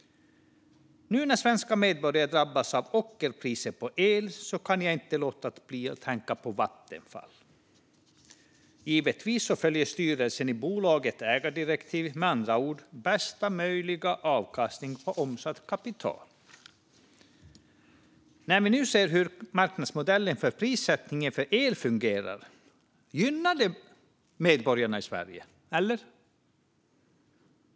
Nu när svenska medborgare drabbas av ockerpriser på el kan jag inte låta bli att tänka på Vattenfall. Givetvis följer styrelsen i bolaget ägardirektiv. Med andra ord ska det vara bästa möjliga avkastning på omsatt kapital. Vi ser nu hur marknadsmodellen för prissättning för el fungerar. Gynnar det medborgarna i Sverige?